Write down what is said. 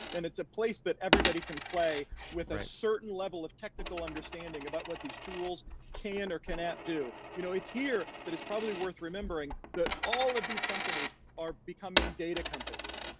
and it's a place that everybody can play with a certain level of technical understanding about what these tools can or cannot do. you know it's here that it's probably worth remembering that all of these companies are becoming data companies.